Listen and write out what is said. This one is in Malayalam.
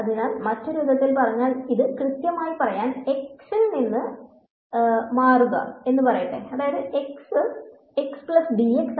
അതിനാൽ മറ്റൊരു വിധത്തിൽ പറഞ്ഞാൽ ഇത് കൃത്യമായി പറയാൻ x ൽ നിന്ന് മാറുക എന്ന് പറയട്ടെ ഇൽ നിന്നും ലേക്ക്